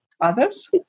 others